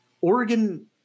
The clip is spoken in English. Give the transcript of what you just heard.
Oregon